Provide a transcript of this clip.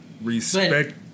respect